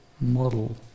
model